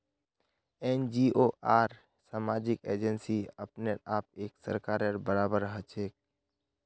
NGO आर सामाजिक agency अपने आप एक सरकारेर बराबर हछेक